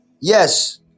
Yes